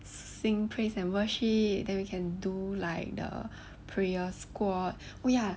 sing praise and worship then we can do like the prayer squad oh ya